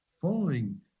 following